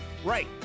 Right